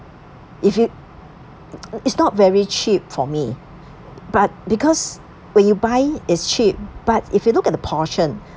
if you it's not very cheap for me but because when you buy it's cheap but if you look at the portion